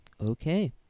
Okay